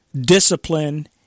discipline